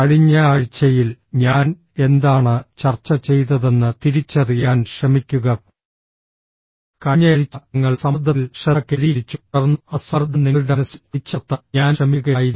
കഴിഞ്ഞ ആഴ്ചയിൽ ഞാൻ എന്താണ് ചർച്ച ചെയ്തതെന്ന് തിരിച്ചറിയാൻ ശ്രമിക്കുക കഴിഞ്ഞയാഴ്ച ഞങ്ങൾ സമ്മർദ്ദത്തിൽ ശ്രദ്ധ കേന്ദ്രീകരിച്ചു തുടർന്ന് ആ സമ്മർദ്ദം നിങ്ങളുടെ മനസ്സിൽ അടിച്ചമർത്താൻ ഞാൻ ശ്രമിക്കുകയായിരുന്നു